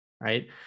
right